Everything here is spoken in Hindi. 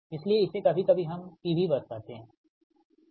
इसलिए इसे कभी कभी हम P V बस कहते हैं ठीक